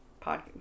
podcast